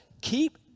keep